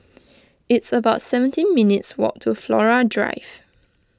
it's about seventeen minutes' walk to Flora Drive